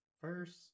first